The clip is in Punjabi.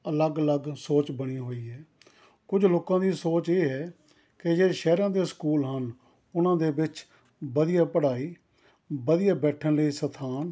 ਅਲੱਗ ਅਲੱਗ ਸੋਚ ਬਣੀ ਹੋਈ ਹੈ ਕੁਝ ਲੋਕਾਂ ਦੀ ਸੋਚ ਇਹ ਹੈ ਕਿ ਜੇ ਸ਼ਹਿਰਾਂ ਦੇ ਸਕੂਲ ਹਨ ਉਹਨਾਂ ਦੇ ਵਿੱਚ ਵਧੀਆ ਪੜ੍ਹਾਈ ਵਧੀਆ ਬੈਠਣ ਲਈ ਸਥਾਨ